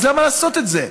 אז למה לעשות את זה?